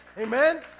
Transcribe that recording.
Amen